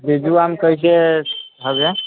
बीजु आम कैसे होबै